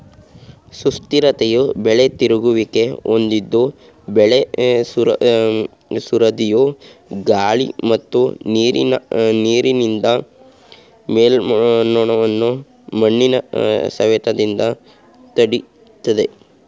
ಸುಸ್ಥಿರತೆಯು ಬೆಳೆ ತಿರುಗುವಿಕೆ ಹೊಂದಿದ್ದು ಬೆಳೆ ಸರದಿಯು ಗಾಳಿ ಮತ್ತು ನೀರಿನಿಂದ ಮೇಲ್ಮಣ್ಣನ್ನು ಮಣ್ಣಿನ ಸವೆತದಿಂದ ತಡಿತದೆ